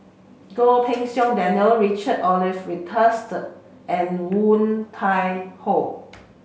Goh Pei Siong Daniel Richard Olaf Winstedt and Woon Tai Ho